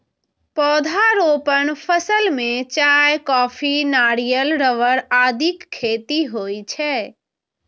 पौधारोपण फसल मे चाय, कॉफी, नारियल, रबड़ आदिक खेती होइ छै